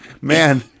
Man